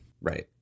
Right